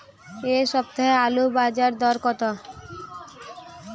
এ সপ্তাহে আলুর বাজার দর কত?